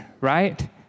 right